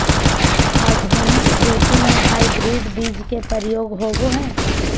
आधुनिक खेती में हाइब्रिड बीज के प्रयोग होबो हइ